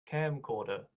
camcorder